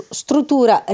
struttura